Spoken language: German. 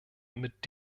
mit